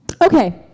Okay